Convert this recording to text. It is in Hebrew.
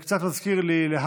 זה קצת מזכיר לי,